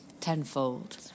tenfold